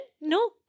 no